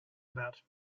about